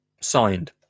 Signed